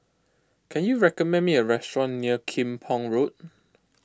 can you recommend me a restaurant near Kim Pong Road